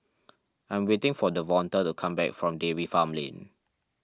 I am waiting for Devonta to come back from Dairy Farm Lane